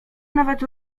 nawet